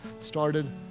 started